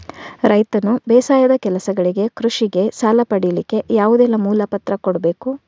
ರೈತನು ಬೇಸಾಯದ ಕೆಲಸಗಳಿಗೆ, ಕೃಷಿಗೆ ಸಾಲ ಪಡಿಲಿಕ್ಕೆ ಯಾವುದೆಲ್ಲ ಮೂಲ ಪತ್ರ ಕೊಡ್ಬೇಕು?